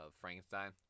Frankenstein